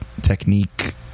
technique